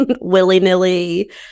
willy-nilly